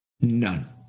None